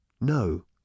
No